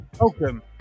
welcome